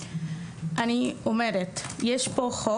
אני אומרת יש פה חוק.